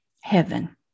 heaven